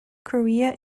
korea